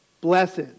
Blessed